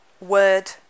word